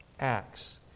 Acts